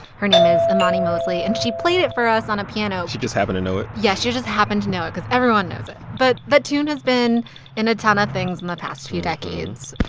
her name is imani mosley. and she played it for us on a piano she just happened to know it? yes. she just happened to know it because everyone knows it. but that tune has been in a ton of things in the past few decades